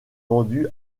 vendu